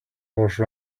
horse